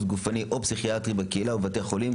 גופני או פסיכיאטרי בקהילה ובבתי החולים,